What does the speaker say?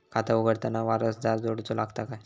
खाता उघडताना वारसदार जोडूचो लागता काय?